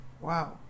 Wow